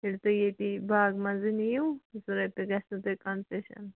ییٚلہِ تُہۍ ییٚتی باغہٕ منٛزٕ نِیِو زٕ رۄپیہِ گژھن تۄہہِ کَنسیشَن